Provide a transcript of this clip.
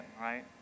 right